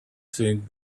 think